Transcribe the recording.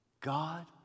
God